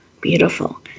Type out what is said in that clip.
Beautiful